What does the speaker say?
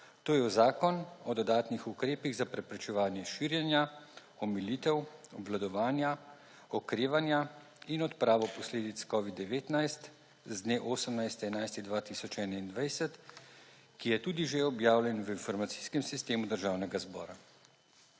to je v Zakon o dodatnih ukrepih za preprečevanje širjenja, omilitev, obvladovanja, okrevanja in odpravo posledic Covid-19, z dne 18. 11. 2021, ki je tudi že objavljen v informacijskem sistemu Državnega zbora.